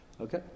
Okay